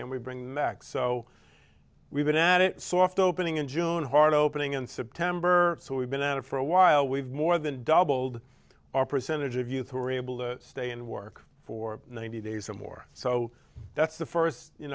and we bring back so we've been at it soft opening in june heart opening in september so we've been at it for a while we've more than doubled our percentage of youth who were able to stay and work for ninety days or more so that's the first you